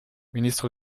ministre